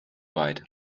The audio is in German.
weit